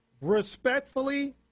Respectfully